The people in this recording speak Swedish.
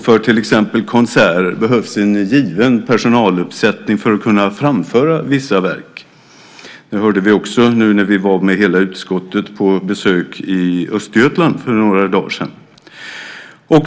För till exempel konserter behövs en given personaluppsättning för att kunna framföra vissa verk. Det hörde vi också nu när vi var med hela utskottet på besök i Östergötland för några dagar sedan.